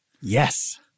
Yes